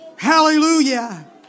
Hallelujah